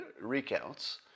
recounts